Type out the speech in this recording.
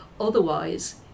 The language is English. otherwise